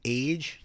age